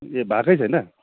ए भएकै छैन